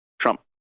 Trump